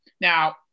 Now